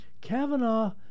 Kavanaugh